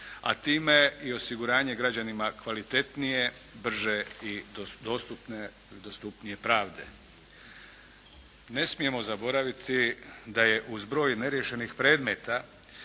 a time i osiguranje građanima kvalitetnije, brže i dostupnije pravde. Ne smijemo zaboraviti da je uz broj neriješenih predmeta,